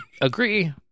agree